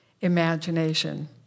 imagination